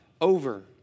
over